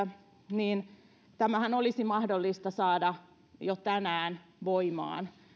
niin tämähän olisi mahdollista saada jo tänään voimaan